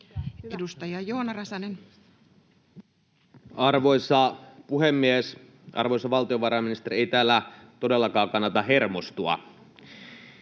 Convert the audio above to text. Edustaja Joona Räsänen. Arvoisa puhemies! Arvoisa valtiovarainministeri, ei täällä todellakaan kannata hermostua.